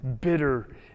bitter